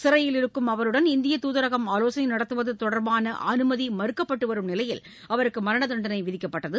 சிறையில் இருக்கும் அவருடன் இந்திய தூதரகம் ஆலோசனை நடத்துவது தொடர்பான அனுமதி மறுத்து வரும் நிலையில் அவருக்கு மரண தண்டனை விதிக்கப்பட்டது